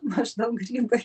maždaug grybai